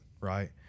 right